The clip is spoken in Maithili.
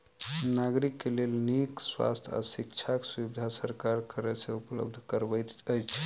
नागरिक के लेल नीक स्वास्थ्य आ शिक्षाक सुविधा सरकार कर से उपलब्ध करबैत अछि